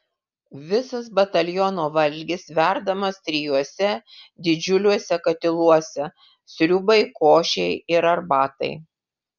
visas bataliono valgis verdamas trijuose didžiuliuose katiluose sriubai košei ir arbatai